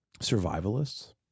survivalists